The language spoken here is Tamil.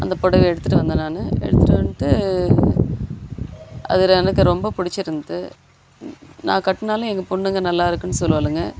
அந்த பொடவைய எடுத்துட்டு வந்தேன் நான் எடுத்துட்டு வந்துட்டு அது எனக்கு ரொம்ப பிடிச்சிருந்துது நான் கட்டினாலும் எங்கள் பொண்ணுங்க நல்லா இருக்குனு சொல்லுவாளுங்க